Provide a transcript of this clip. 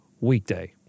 weekday